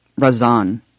razan